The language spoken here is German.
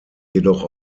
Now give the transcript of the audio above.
jedoch